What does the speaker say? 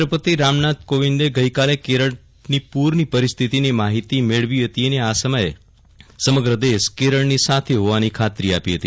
રાષ્ટ્રપતિ રામનાથ કોવિંદે ગઈકાલે કેરળની પુરની પરિસ્થિતિની માહિતી મેળવી હતી અને આ સમયે સમગ્ર દેશ કેરળની સાથે હોવાની ખાતરી આપી હતી